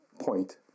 point